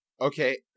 Okay